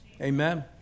amen